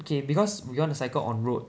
okay because we want to cycle on road